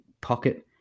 pocket